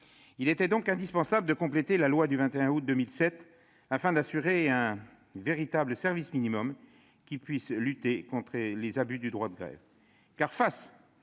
Il était donc indispensable de compléter la loi du 21 août 2007, afin d'assurer un véritable service minimum qui puisse lutter contre les abus du droit de grève.